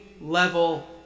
level